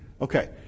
Okay